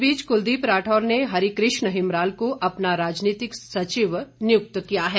इस बीच कुलदीप राठौर ने हरीकृष्ण हिमराल को अपना राजनीतिक सचिव नियुक्त किया है